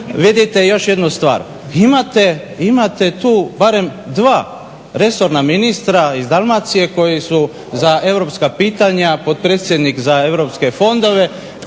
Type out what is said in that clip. Vidite još jednu stvar. Imate tu barem dva resorna ministra iz Dalmacije koji su za europska pitanja, potpredsjednik za europske fondova,